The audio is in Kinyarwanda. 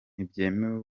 ntibyemewe